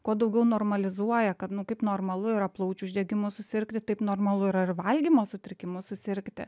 kuo daugiau normalizuoja kad nu kaip normalu yra plaučių uždegimu susirgti taip normalu yra ir valgymo sutrikimu susirgti